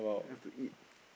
have to eat